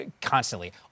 Constantly